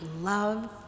love